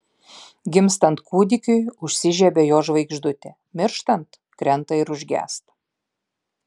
gimstant kūdikiui užsižiebia jo žvaigždutė mirštant krenta ir užgęsta